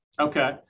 Okay